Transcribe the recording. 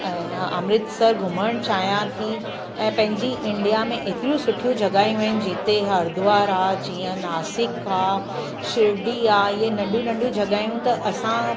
ऐं अमृतसर घुमणु चाहियां थी ऐं पंहिंजी इंडिया में एतिरियूं सुठियूं जॻाहियूं आहिनि जिते हरिद्वार आहे जीअं नासिक आहे शिरडी आहे ईअं नंढियूं नंढियूं जॻहियूं त असां